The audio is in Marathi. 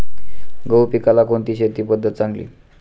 गहू पिकाला कोणती शेती पद्धत चांगली?